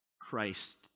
Christ